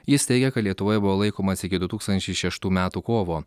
jis teigia kad lietuvoje buvo laikomas iki du tūkstančiai šeštų metų kovo